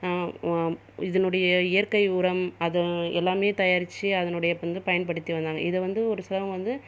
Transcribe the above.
இதனுடைய இயற்கை உரம் அது எல்லாமே தயாரித்து அதனுடைய வந்து பயன்படுத்தி வந்தாங்க இது வந்து ஒரு சிலவங்க வந்து